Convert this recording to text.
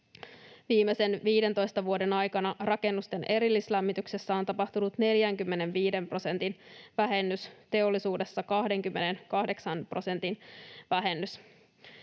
viimeisen 15 vuoden aikana rakennusten erillislämmityksessä on tapahtunut 45 prosentin vähennys, teollisuudessa 28 prosentin vähennys.